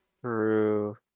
true